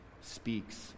speaks